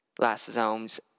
lysosomes